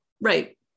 right